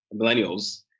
millennials